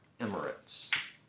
Emirates